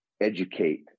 educate